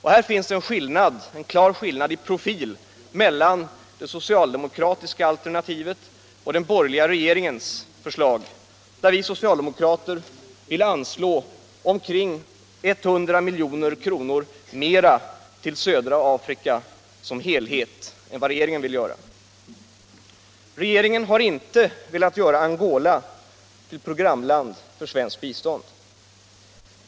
Här finns det en klar skillnad i profil mellan det socialdemokratiska alternativet och den borgerliga regeringens förslag. Vi socialdemokrater vill anslå omkring 100 milj.kr. mer till södra Afrika som helhet än vad regeringen vill göra. Regeringen har inte velat göra Angola till programland för svenskt bistånd.